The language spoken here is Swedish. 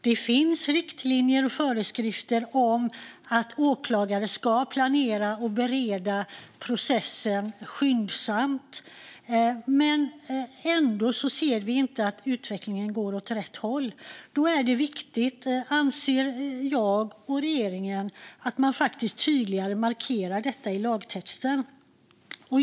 Det finns riktlinjer och föreskrifter om att åklagare ska planera och bereda processen skyndsamt. Men vi ser ändå inte att utvecklingen går åt rätt håll. Då anser jag och regeringen att det är viktigt att detta faktiskt tydligare markeras i lagtexten.